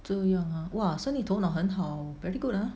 这样啊 !wah! 生意头脑很好 hor very good ah